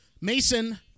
Mason